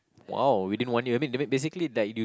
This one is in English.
!wow! within one year I mean ba~ basically like you